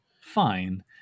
fine